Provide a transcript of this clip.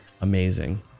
amazing